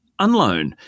Unloan